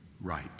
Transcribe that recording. right